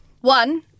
one